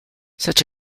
such